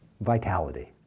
vitality